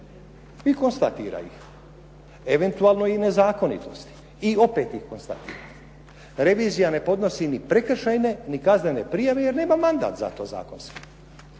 i konstatira ih, eventualno i nezakonitosti i opet ih konstatira. Revizija ne podnosi ni prekršajne ni kaznene prijave, jer nema mandat za to zakonski.